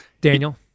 Daniel